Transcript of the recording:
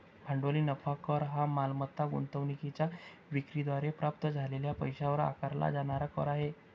भांडवली नफा कर हा मालमत्ता गुंतवणूकीच्या विक्री द्वारे प्राप्त झालेल्या पैशावर आकारला जाणारा कर आहे